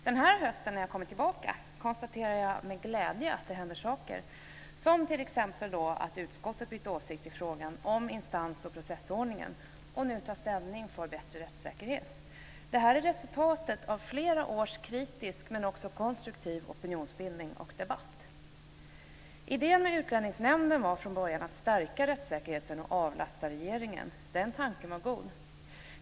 Den här hösten, när jag har kommit tillbaka, konstaterar jag med glädje att det händer saker, som t.ex. att utskottet bytt åsikt i frågan om instans och processordningen och nu tar ställning för bättre rättssäkerhet. Det här är resultatet av flera års kritisk men också konstruktiv opinionsbildning och debatt. Idén med Utlänningsnämnden var från början att stärka rättssäkerheten och avlasta regeringen. Den tanken var god.